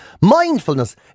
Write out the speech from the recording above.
Mindfulness